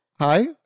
hi